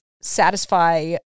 satisfy